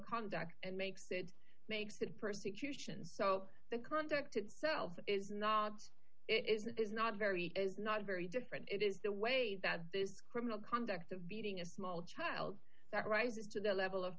conduct and makes it makes it persecution so the conduct itself is not it is it is not very is not very different it is the way that this criminal conduct of beating a small child that rises to the level of